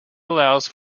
allows